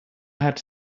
had